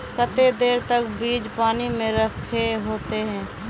केते देर तक बीज पानी में रखे होते हैं?